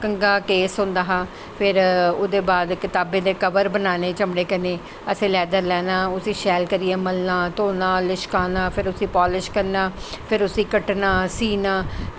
कंघा केस होंदा हा फिर ओह्दे बाद कताबें दे कबर बनाने चमड़े कन्नै असैं लैद्दर लैना उस्सी शैल करियै मलना धोना लशकाना फिर उस्सी पालश करना फिर उसी कट्टना सीना